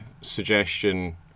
suggestion